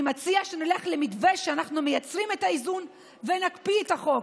אני מציע שנלך למתווה שאנחנו מייצרים את האיזון" ונקפיא את החוק.